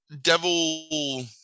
devil